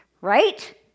Right